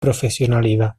profesionalidad